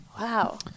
Wow